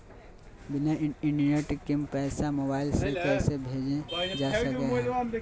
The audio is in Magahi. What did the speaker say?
बिना इंटरनेट के पैसा मोबाइल से कैसे भेजल जा है?